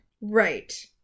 Right